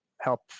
help